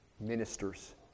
Ministers